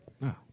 No